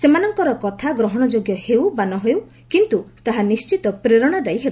ସେମାନଙ୍କର କଥା ଗ୍ରହଣଯୋଗ୍ୟ ହେଉ ବା ନ ହେଉ କିନ୍ତୁ ତାହା ନିଣ୍ଢିତ ପ୍ରେରଣାଦାୟୀ ହେବ